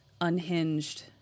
unhinged